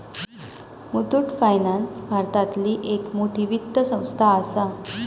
Muthoot finance भारतातली एक मोठी वित्त संस्था आसा